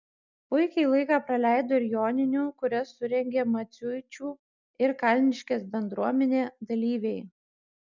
puikiai laiką praleido ir joninių kurias surengė maciuičių ir kalniškės bendruomenė dalyviai